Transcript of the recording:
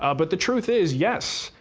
ah but the truth is, yes,